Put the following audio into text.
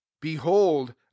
Behold